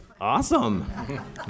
Awesome